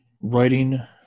writing